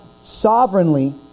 sovereignly